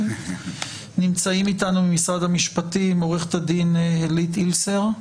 נמצאים איתנו ממשרד המשפטים: עורכת הדין הלית אילסר,